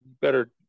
better